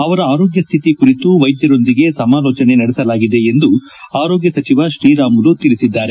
ಅವರ ಆರೋಗ್ಯ ಸ್ಥಿತಿ ಕುರಿತು ವೈದ್ಯರೊಂದಿಗೆ ಸಮಾಲೋಚನೆ ನಡೆಸಲಾಗಿದೆ ಎಂದು ಆರೋಗ್ಯ ಸಚವ ಶ್ರೀರಾಮುಲು ತಿಳಿಸಿದ್ದಾರೆ